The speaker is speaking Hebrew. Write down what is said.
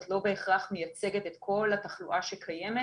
לא בהכרח מייצגת את כל התחלואה שקיימת,